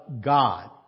God